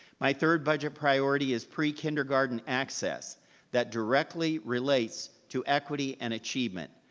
my third budget priority is pre-kindergarten access that directly relates to equity and achievement.